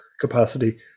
capacity